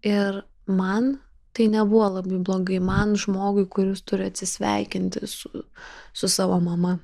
ir man tai nebuvo labai blogai man žmogui kuris turi atsisveikinti su su savo mama